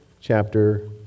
chapter